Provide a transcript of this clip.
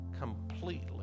completely